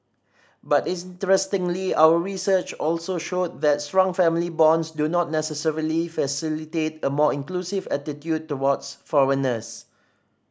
but interestingly our research also showed that strong family bonds do not necessarily facilitate a more inclusive attitude towards foreigners